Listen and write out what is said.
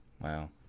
Wow